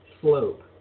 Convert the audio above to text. slope